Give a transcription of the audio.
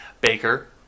Baker